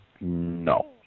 no